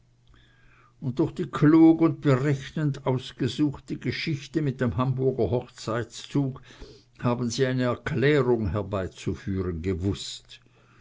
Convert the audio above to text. und durch die klug und berechnend ausgesuchte geschichte mit dem hamburger hochzeitszuge haben sie eine erklärung herbeizuführen gewußt